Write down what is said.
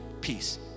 peace